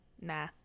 nah